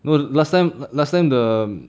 no last time last time the